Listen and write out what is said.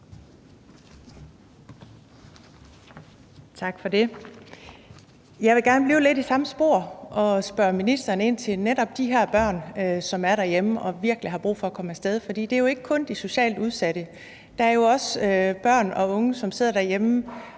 Maja Torp (V): Jeg vil gerne blive lidt i samme spor og spørge ministeren om netop de her børn, som er derhjemme og virkelig har brug for at komme af sted. For det drejer sig jo ikke kun om de socialt udsatte. Der er jo også børn og unge, som sidder derhjemme